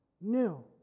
new